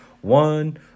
one